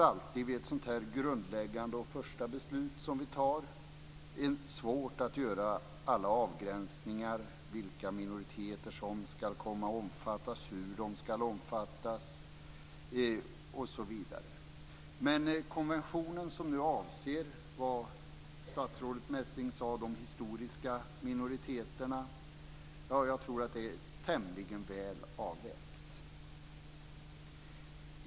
Vid ett sådant grundläggande och första beslut är det givetvis alltid svårt att göra alla avgränsningar när det gäller vilka minoriteter som ska omfattas, hur de ska omfattas osv. Men jag tror att det är tämligen väl avvägt i konventionen som avser de historiska minoriteterna, som statsrådet Messing sade.